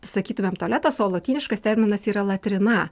sakytumėm tualetas o lotyniškas terminas yra latrina